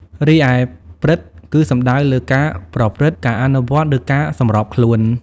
រីឯ "ព្រឹត្តិ" គឺសំដៅលើការប្រព្រឹត្ត ការអនុវត្ត ឬការសម្របខ្លួន។